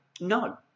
No